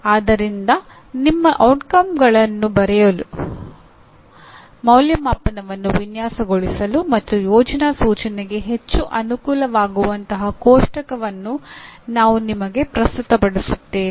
ಆದ್ದರಿಂದ ನಿಮ್ಮ ಪರಿಣಾಮಗಳನ್ನು ಬರೆಯಲು ಅಂದಾಜುವಿಕೆಯನ್ನು ವಿನ್ಯಾಸಗೊಳಿಸಲು ಮತ್ತು ಯೋಜನಾ ಸೂಚನೆಗೆ ಹೆಚ್ಚು ಅನುಕೂಲವಾಗುವಂತಹ ಕೋಷ್ಟಕವನ್ನು ನಾವು ನಿಮಗೆ ಪ್ರಸ್ತುತಪಡಿಸುತ್ತೇವೆ